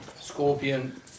scorpion